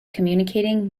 communicating